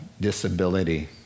disability